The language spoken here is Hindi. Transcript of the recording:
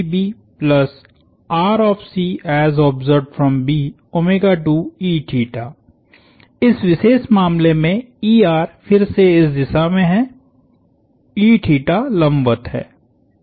बस है इस विशेष मामले मेंफिर से इस दिशा में हैलंबवत है